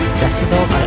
decibels